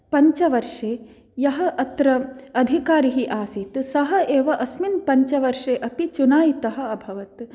पञ्चवर्षे यः अत्र अधिकारिः आसीत् सः एव अस्मिन् पञ्चवर्षे चुनायितः अभवत्